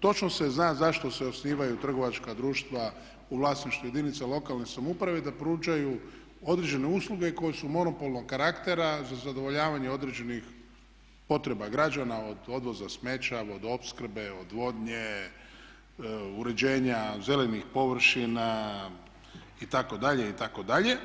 točno se zna zašto se osnivaju trgovačka društva u vlasništvu jedinica lokalne samouprave da pružaju određene usluge koje su monopolnog karaktera za zadovoljavanje određenih potreba građana od odvoza smeća, vodoopskrbe, odvodnje, uređenja zelenih površina itd.,itd.